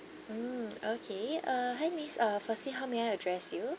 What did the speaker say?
mm okay uh hi miss uh firstly how may I address you